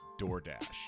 DoorDash